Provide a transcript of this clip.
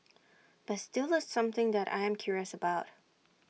but still the something that I am curious about